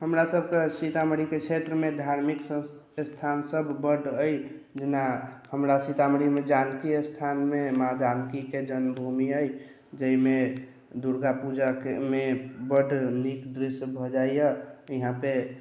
हमरासभके सीतामढ़ीके क्षेत्रमे धार्मिक संस्थानसभ बड्ड अइ जेना हमरा सीतामढ़ीमे जानकी स्थानमे माँ जानकीके जन्मभूमि अइ जाहिमे दुर्गा पूजाके मे बड्ड नीक दृश्य भऽ जाइए इहाँ पे